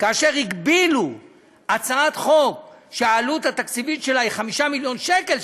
כאשר הגבילו הצעת חוק שהעלות התקציבית שלה היא 5 מיליון שקלים,